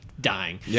dying